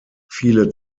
viele